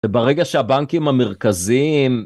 וברגע שהבנקים המרכזיים...